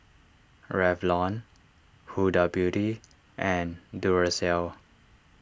Revlon Huda Beauty and Duracell